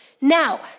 Now